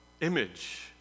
image